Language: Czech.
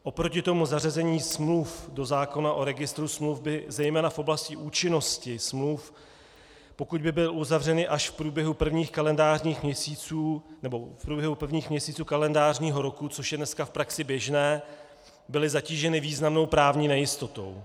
Oproti tomu zařazení smluv do zákona o Registru smluv by zejména v oblasti účinnosti smluv, pokud by byly uzavřeny až v průběhu prvních kalendářních měsíců nebo v průběhu prvních měsíců kalendářního roku, což je dneska v praxi běžné, byly zatíženy významnou právní nejistotou.